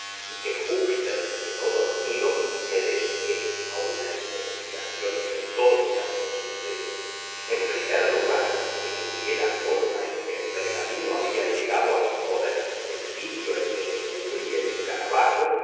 y que júpiter se quedó dormido me dediqué a una investigación metódica del suceso en primer lugar estudié la forma en que el pergamino había llegado a mi poder el sitio en que descubrí el escarabajo